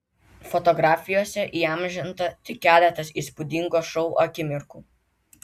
fotografijose įamžinta tik keletas įspūdingo šou akimirkų